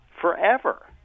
forever